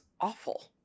awful